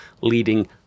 leading